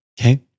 okay